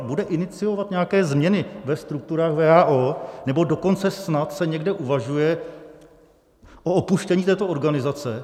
Bude iniciovat nějaké změny ve strukturách WHO, nebo dokonce snad se někde uvažuje o opuštění této organizace?